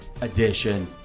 edition